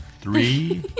three